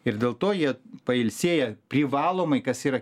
ir dėl to jie pailsėję privalomai kas yra